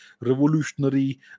revolutionary